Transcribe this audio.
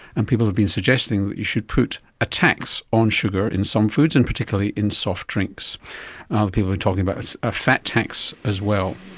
and people have been suggesting that you should put a tax on sugar in some foods and particularly in soft drinks. and other people are talking about a fat tax as well.